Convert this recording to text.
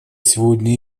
сегодня